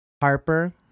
Harper